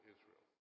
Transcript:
Israel